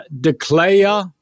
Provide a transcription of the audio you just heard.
declare